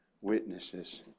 witnesses